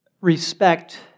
respect